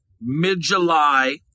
mid-July